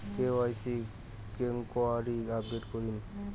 KYC কেঙ্গকরি update করিম?